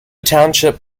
township